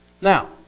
Now